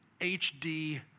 HD